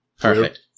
Perfect